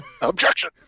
Objection